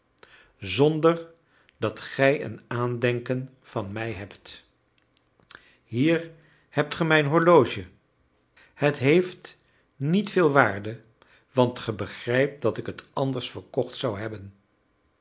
zonder dat gij een aandenken van mij hebt hier hebt ge mijn horloge het heeft niet veel waarde want ge begrijpt dat ik het anders verkocht zou hebben